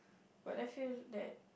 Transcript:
but I feel that